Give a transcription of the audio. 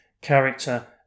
character